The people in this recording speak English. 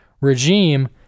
regime